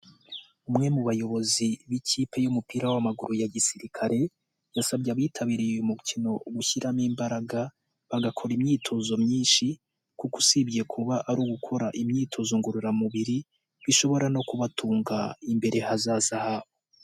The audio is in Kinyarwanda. Umwe mu bayobozi b'ikipe y'umupira w'amaguru ya Gisirikare yasabye abitabiriye uyu mukino gushyiramo imbaraga bagakora imyitozo myinshi kuko usibye kuba ari ugukora imyitozo ngororamubiri bishobora no kubatunga imbere hazaza habo.